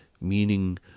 meaning